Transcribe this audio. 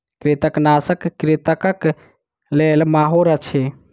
कृंतकनाशक कृंतकक लेल माहुर अछि